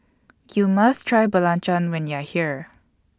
YOU must Try Belacan when YOU Are here